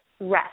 rest